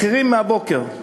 מחירים מהבוקר: